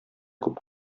күп